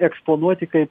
eksponuoti kaip